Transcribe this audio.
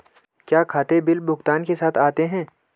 क्या खाते बिल भुगतान के साथ आते हैं?